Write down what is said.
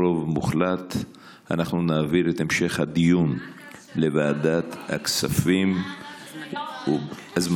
ברוב מוחלט אנחנו נעביר את המשך הדיון לוועדת הכספים הזמנית.